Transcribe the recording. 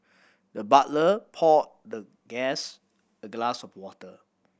the butler poured the guest a glass of water